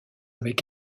avec